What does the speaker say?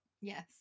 Yes